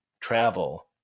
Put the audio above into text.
travel